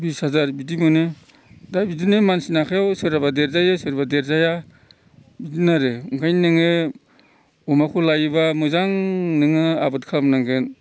बिस हाजार बिदि मोनो दा बिदिनो मानसिनि आखायाव सोरबा देरजायो सोरबा देरजाया बिदिनो आरो ओंखायनो नोङो अमाखौ लायोब्ला मोजां नोङो आबोद खालामनांगोन